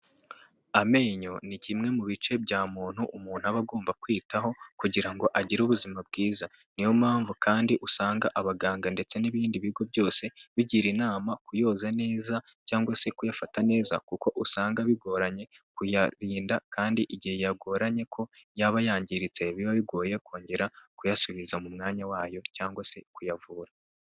Amenyo ni kimwe mu bice bya muntu umuntu aba agomba kwitaho kugira ngo agire ubuzima bwiza, ni yo mpamvu kandi usanga abaganga ndetse n'ibindi bigo byose bigira inama kuyoza neza cyangwa se kuyafata neza, kuko usanga bigoranye kuyarinda kandi igihe yagoranye ko yaba yangiritse, biba bigoye kongera kuyasubiza mu mwanya wayo cyangwa se kuyavura.